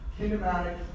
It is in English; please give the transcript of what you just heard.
kinematic